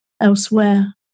elsewhere